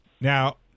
now